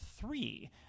three